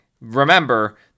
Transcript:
remember